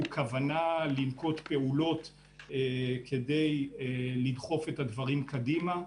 כוונה לנקוט בפעולות כדי לדחוף את הדברים קדימה.